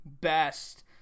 best